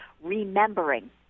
remembering